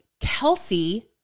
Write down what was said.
Kelsey